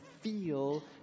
feel